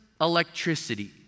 electricity